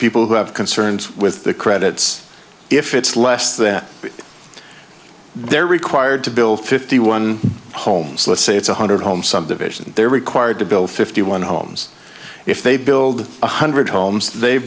people who have concerns with the credits if it's less that they're required to build fifty one homes let's say it's one hundred homes some divisions they're required to build fifty one homes if they build one hundred homes they